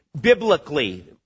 biblically